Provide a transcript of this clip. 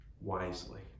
wisely